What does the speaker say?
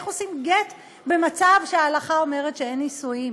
איך עושים גט במצב שההלכה אומרת שאין נישואים?